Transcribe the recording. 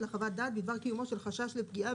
לה חוות דעת בדבר קיומו של חשש לפגיעה,